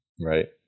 Right